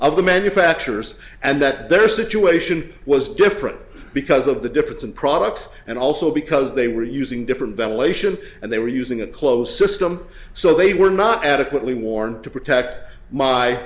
of the manufacturers and that their situation was different because of the difference in products and also because they were using different ventilation and they were using a closed system so they were not adequately warn to protect my